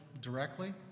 directly